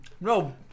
No